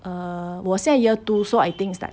uh 我现在 year two so I think is like